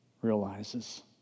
Realizes